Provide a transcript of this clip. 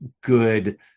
good